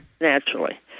naturally